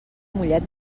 mollet